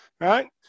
right